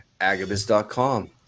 Agabus.com